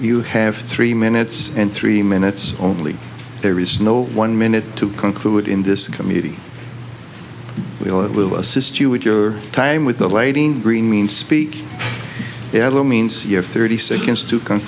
you have three minutes and three minutes only there is no one minute to conclude in this community we will it will assist you with your time with the lighting green means speak yellow means you have thirty seconds to co